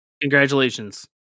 Congratulations